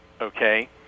okay